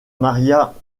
maria